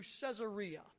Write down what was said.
Caesarea